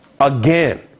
again